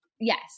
Yes